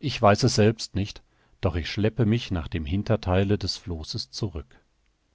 ich weiß es selbst nicht doch ich schleppe mich nach dem hintertheile des flosses zurück